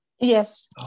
Yes